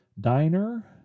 Diner